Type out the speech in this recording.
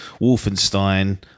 Wolfenstein